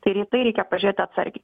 tai ir į tai reikia pažiūrėti atsargiai